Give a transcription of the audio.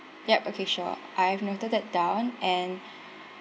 yup okay sure I have noted that down and